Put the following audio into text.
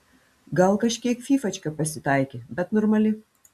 gal kažkiek fyfačka pasitaikė bet normali